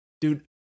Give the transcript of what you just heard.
dude